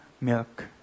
milk